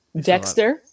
Dexter